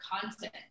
content